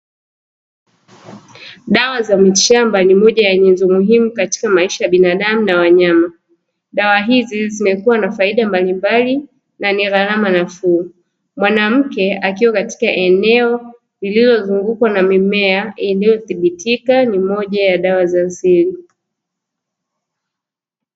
Dawa za miti shamba ni moja ya nyenzo muhimu katika maisha ya binadamu na wanyama. Dawa hizi, zimekuwa na faida mbalimbali na ni gharama nafuu. Mwanamke akiwa katika eneo lililozungukwa na mimea iliyothibitika ni moja ya dawa za asili.